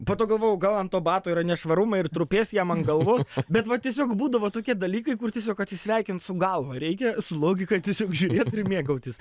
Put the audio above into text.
po to galvojau gal ant to bato yra nešvarumai ir trupės jam ant galvos bet va tiesiog būdavo tokie dalykai kur tiesiog atsisveikint su galva reikia su logika tiesiog žiūrėt ir mėgautis